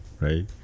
right